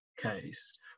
case